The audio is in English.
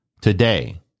today